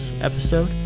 episode